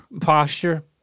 Posture